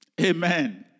Amen